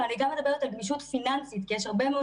אבל אני גם מדברת על גמישות פיננסית כי יש הרבה מאוד